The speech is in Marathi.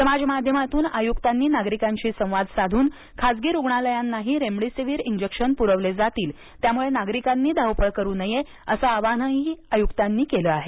समाज माध्यमातून आयुक्तांनी नागरिकांशी संवाद साधून खासगी रूग्णालयांनाही रेमडिसिविर इंजेक्शन पुरवले जातील त्यामुळे नागरिकांनी धावपळ करू नये असे आवाहनही आयुक्तांनी केले आहे